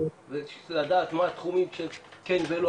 לדעת מה התחומים שכן ולא,